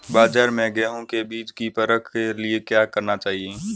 बाज़ार में गेहूँ के बीज की परख के लिए क्या करना चाहिए?